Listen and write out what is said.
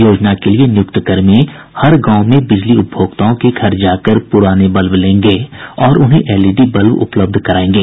योजना के लिए नियुक्त कर्मी हर गांव में बिजली उपभोक्ताओं के घर जाकर पुराने बल्ब लेंगे और उन्हें एलईडी बल्ब उपलब्ध करायेंगे